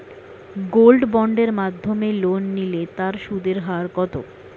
Gold বন্ডের মাধ্যমে loan নিলে তার সুদের হার কত?